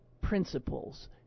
principles